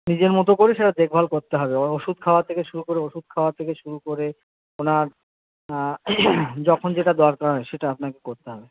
নিজের মতো করে সেটা দেখভাল করতে হবে ওর ওষুধ খাওয়া থেকে শুরু করে ওষুধ খাওয়া থেকে শুরু করে ওনার যখন যেটা দরকার হয় সেটা আপনাকে করতে হবে